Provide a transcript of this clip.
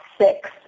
six